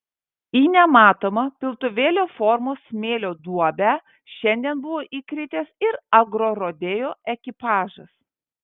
į nematomą piltuvėlio formos smėlio duobę šiandien buvo įkritęs ir agrorodeo ekipažas